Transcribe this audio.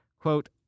Quote